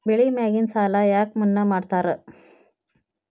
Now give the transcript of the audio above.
ಬೆಳಿ ಮ್ಯಾಗಿನ ಸಾಲ ಯಾಕ ಮನ್ನಾ ಮಾಡ್ತಾರ?